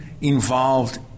involved